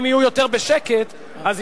אם יהיו יותר בשקט ישמעו,